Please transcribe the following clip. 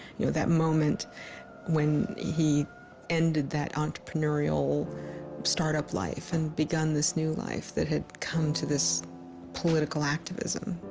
you know, that moment when he ended that entrepreneurial startup life and begun this new life that had come to this political activism